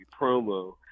promo